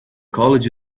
college